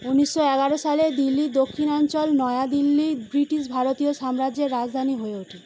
উনিশশো এগারো সালে দিল্লির দক্ষিণাঞ্চল নয়াদিল্লি ব্রিটিশ ভারতীয় সাম্রাজ্যের রাজধানী হয়ে ওঠে